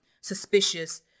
suspicious